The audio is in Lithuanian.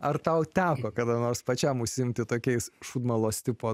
ar tau teko kada nors pačiam užsiimti tokiais šūdmalos tipo